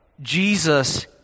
Jesus